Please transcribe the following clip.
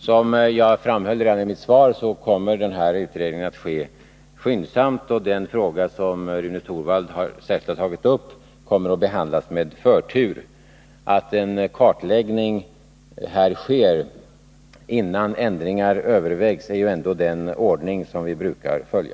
Som jag framhöll redan i mitt svar, kommer utredningen att ske skyndsamt, och den fråga som Rune Torwald särskilt har tagit upp kommer att behandlas med förtur. Att en kartläggning sker innan ändringar övervägs är ju ändå den ordning som vi brukar följa.